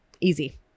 easy